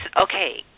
okay